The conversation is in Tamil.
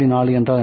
4 என்றால் என்ன